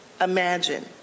imagine